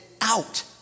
out